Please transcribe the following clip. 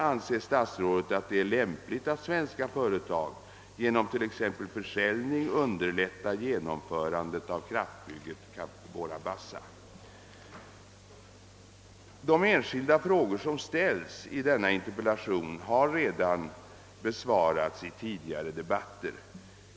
Anser statsrådet att det är lämpligt att svenska företag genom t.ex. försäljning underlättar genomförandet av kraftbygget i Cabora Bassa? De enskilda frågor som ställs i denna interpellation har redan besvarats i tidigare debatter.